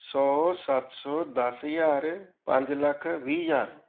ਸੌ ਸੱਤ ਸੌ ਦਸ ਹਜ਼ਾਰ ਪੰਜ ਲੱਖ ਵੀਹ ਹਜ਼ਾਰ